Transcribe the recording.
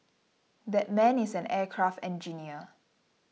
that man is an aircraft engineer